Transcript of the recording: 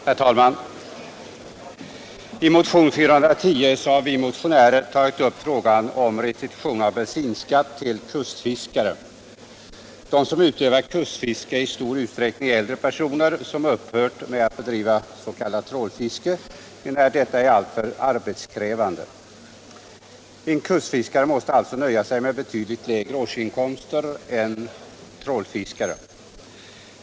Herr talman! I motionen 1976/77:450 har vi motionärer tagit upp frågan om restitution av bensinskatt till kustfiskare. De som utövar kustfiske är i stor utsträckning äldre personer som har upphört att bedriva s.k. trålfiske, enär detta är alltför arbetskrävande. En kustfiskare måste alltså nöja sig med betydligt lägre årsinkomster än trålfiskarna.